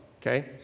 okay